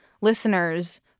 listeners